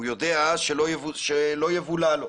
הוא יודע שלא יבולע לו.